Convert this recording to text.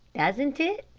doesn't it?